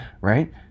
right